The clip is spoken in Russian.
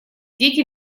дети